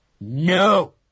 no